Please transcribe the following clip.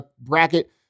bracket